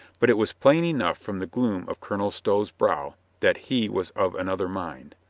but it was plain enough, from the gloom of colonel stow's brow, that he was of another mind.